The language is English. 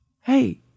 Hey